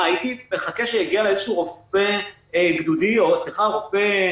הייתי מחכה שיגיע אליי איזשהו רופא של האוגדה,